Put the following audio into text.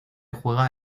juega